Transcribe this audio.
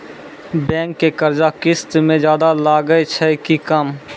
Bank के कर्जा किस्त मे ज्यादा लागै छै कि कम?